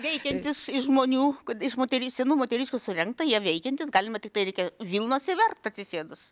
veikiantys iš žmonių iš moterys senų moteriškių surinkta jie veikiantys galima tiktai reikia vilnos ir verpt atsisėdus